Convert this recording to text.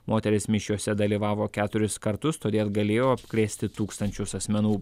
moteris mišiose dalyvavo keturis kartus todėl galėjo apkrėsti tūkstančius asmenų